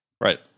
right